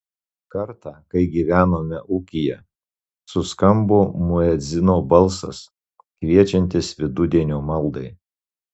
kartą kai gyvenome ūkyje suskambo muedzino balsas kviečiantis vidudienio maldai